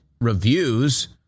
reviews